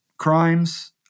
crimes